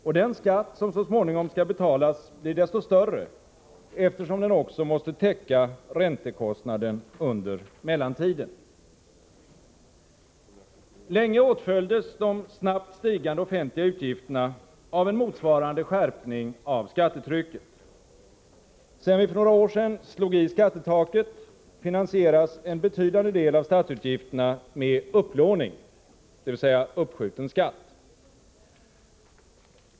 Och den skatt som så småningom skall betalas blir desto större, eftersom den också måste täcka räntekostnaden under mellantiden. Länge åtföljdes de snabbt stigande offentliga utgifterna av en motsvarande skärpning av skattetrycket. Sedan vi för några år sedan slog i skattetaket finansieras en betydande del av statsutgifterna med upplåning, dvs. uppskjuten skatt.